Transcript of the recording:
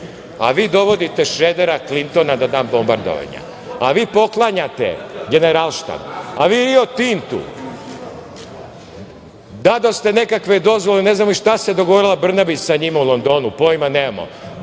a vi dovodite Šredera, Klintona na dan bombardovanja, a vi poklanjate Generalštab, a Rio Tintu dadoste neke dozvole, a ne znamo ni šta se dogovorila Brnabić sa njima u Londonu, pojma nemamo,